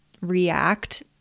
react